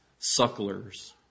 sucklers